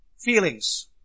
feelings